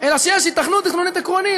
אלא שיש היתכנות תכנונית עקרונית.